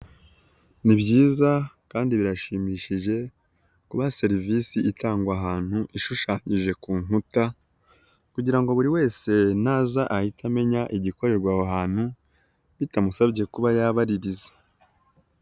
Ni byiza kandi birashimishije kuba serivisi itangwa ahantu ishushanyije ku nkuta kugira ngo buri wese naza ahite amenya igikorerwa aho hantu bitamusabye kuba yabaririza.